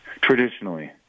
Traditionally